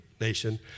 nation